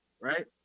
right